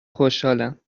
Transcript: خوشحالم